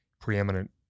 preeminent